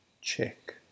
check